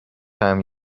time